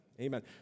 Amen